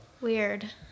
Weird